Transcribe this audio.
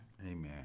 Amen